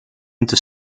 into